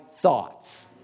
thoughts